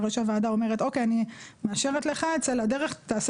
אחרי שהוועדה אומרת שהיא מאשרת לו לצאת לדרך ושיעשה